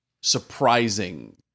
surprising